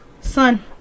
Son